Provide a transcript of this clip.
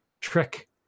trick